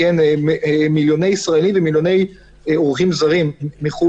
מיליוני ישראלים ומיליוני אורחים זרים מחו"ל,